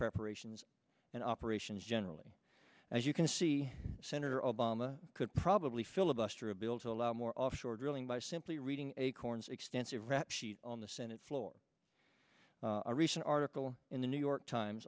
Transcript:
preparations and operations generally as you can see senator obama could probably filibuster a bill to allow more offshore drilling by simply reading acorn's extensive rap sheet on the senate floor a recent article in the new york times